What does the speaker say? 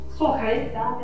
okay